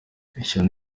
ishyano